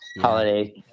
holiday